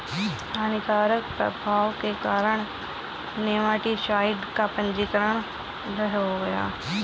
हानिकारक प्रभाव के कारण नेमाटीसाइड का पंजीकरण रद्द हो गया